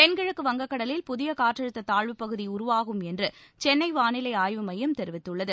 தென்கிழக்கு வங்கக்கடலில் புதிய காற்றழுத்த தாழ்வுப்பகுதி உருவாகும் என்று சென்னை வானிலை ஆய்வு மையம் தெரிவித்துள்ளது